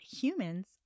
humans